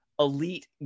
elite